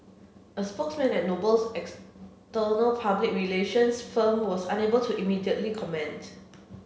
a spokesman at Noble's external public relations firm was unable to immediately comment